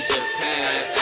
Japan